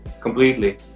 completely